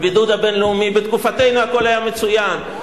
הבידוד הבין-לאומי: בתקופתנו הכול היה מצוין,